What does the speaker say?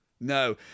No